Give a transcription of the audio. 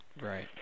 Right